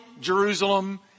Jerusalem